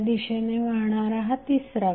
ह्या दिशेने वाहणारा हा करंट तिसरा